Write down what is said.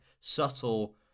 subtle